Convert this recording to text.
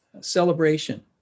Celebration